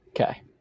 Okay